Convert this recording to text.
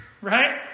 Right